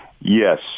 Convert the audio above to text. Yes